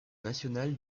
national